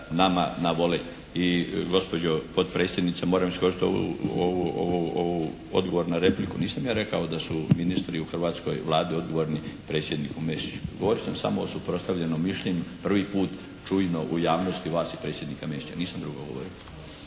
nama na volej. I gospođo potpredsjednice, moram iskoristiti ovu odgovor na repliku, nisam ja rekao da su ministri u hrvatskoj Vladi odgovorni predsjedniku Mesiću. Govorio sam samo o suprotstavljenom mišljenju prvi put čujno u javnosti vas i predsjednika Mesića. Nisam drugo govorio.